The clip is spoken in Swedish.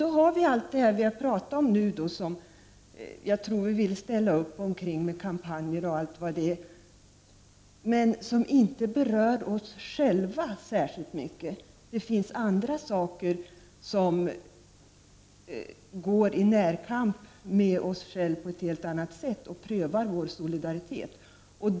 Men allt detta som vi har talat om här och som jag tror att vi kan ställa upp på — t.ex. alla kampanjer — berör inte oss själva särskilt mycket. Det finns annat som så att säga går i närkamp med oss själva på ett helt annat sätt och som sätter vår solidaritet på prov.